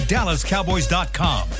DallasCowboys.com